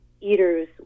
eaters